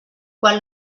quan